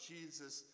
Jesus